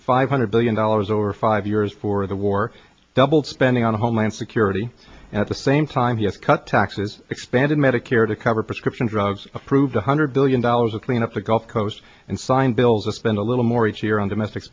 five hundred billion dollars over five years for the war spending on homeland security at the same time he has cut taxes expanded medicare to cover prescription drugs approved one hundred billion dollars of clean up the gulf coast and signed bills a spend a little more each year on domestic